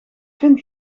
vind